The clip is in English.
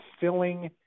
filling